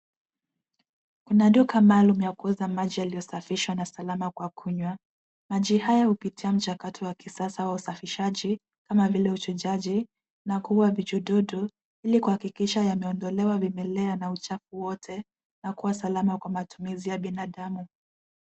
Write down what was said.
Kuna duka maalum ya kuweka maji yaliyosafishwa na salama kwa kunywa. Maji haya hupitia mchakato wa kisasa wa usafishaji ,kama vile uchajaji, na kuua vitududu ili kuhakikisha yameondolewa mbembelea na uchafu wote na kuwa salama kwa matumizi ya binadamu.